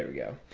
go.